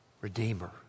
Redeemer